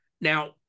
Now